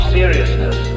seriousness